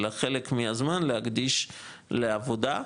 אלא חלק מהזמן להקדיש לעבודה,